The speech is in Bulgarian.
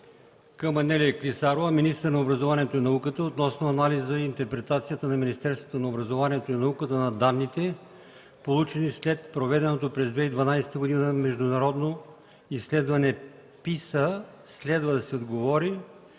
към Анелия Клисарова – министър на образованието и науката, относно анализа и интерпретацията на Министерството на образованието и науката на данните, получени след проведеното през 2012 г. международно изследване PISA. Следва да се отговори